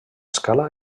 escala